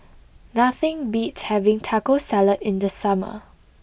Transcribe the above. nothing beats having Taco Salad in the summer